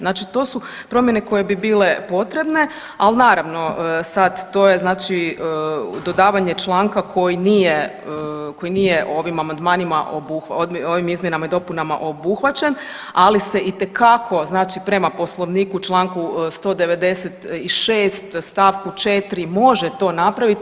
Znači to su promjene koje bi bile potrebne, ali naravno sad to je znači dodavanje članka koji nije ovim amandmanima, ovim izmjenama i dopunama obuhvaćen ali se itekako, znači prema Poslovniku, članku 196. stavku 4. može to napraviti.